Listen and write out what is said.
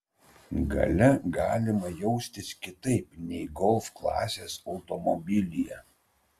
gale galima jaustis kitaip nei golf klasės automobilyje